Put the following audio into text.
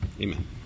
Amen